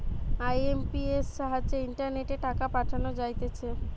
IMPS সাহায্যে ইন্টারনেটে টাকা পাঠানো যাইতেছে